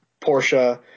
porsche